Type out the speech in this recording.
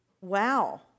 Wow